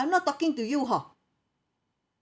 I'm not talking to you hor